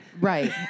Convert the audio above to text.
right